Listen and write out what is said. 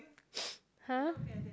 !huh!